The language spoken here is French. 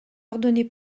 ordonné